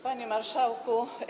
Panie Marszałku!